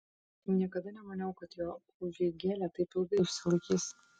niekada nemaniau kad jo užeigėlė taip ilgai išsilaikys